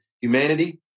humanity